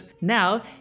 Now